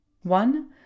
One